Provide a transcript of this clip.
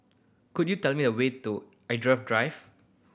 could you tell me the way to Drive